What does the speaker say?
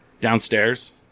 Downstairs